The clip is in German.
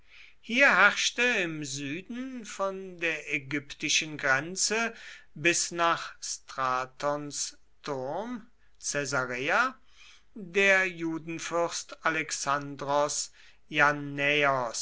hier herrschte im süden von der ägyptischen grenze bis nach stratons turm caesarea der judenfürst alexandros